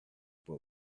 but